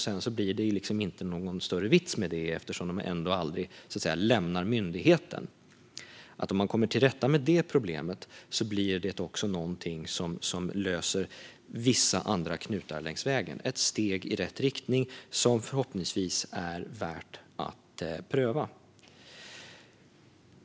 Sedan blir det inte någon större vits med det, eftersom de ändå sedan aldrig lämnar myndigheten. Om man kommer till rätta med detta problem löser det också vissa andra knutar längs vägen, ett steg i rätt riktning som förhoppningsvis är värt att pröva.